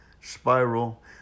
spiral